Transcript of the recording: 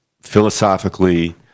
philosophically